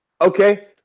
Okay